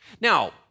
Now